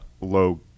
Low